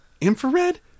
Infrared